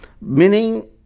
Meaning